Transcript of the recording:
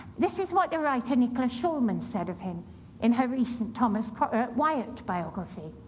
this is what the writer nicola shulman said of him in her recent thomas wyatt biography.